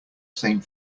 same